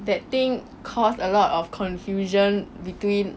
that thing caused a lot of confusion between